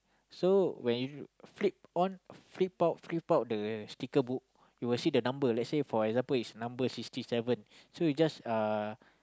so when you flip on flip flop flip flop the sticker book you will see the number let's say for example is number sixty seven so you just uh